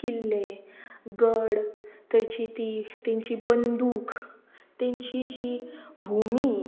किल्ले गड थंयची ती तेंची बंदूक तेंची जी भुमी